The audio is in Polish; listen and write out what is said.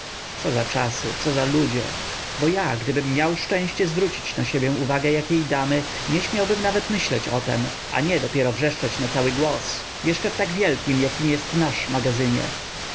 co za czasy co za ludzie bo ja gdybym miał szczęście zwrócić na siebie uwagę jakiej damy nie śmiałbym nawet myśleć o tem a nie dopiero wrzeszczeć na cały głos jeszcze w tak wielkim jakim jest nasz magazynie